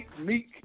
Meek